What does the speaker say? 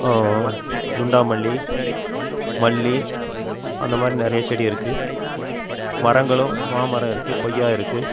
துண்டாமல்லி மல்லிகை அந்த மாதிரி நிறைய செடி இருக்குது மரங்களும் மாமரம் இருக்குது கொய்யா இருக்குது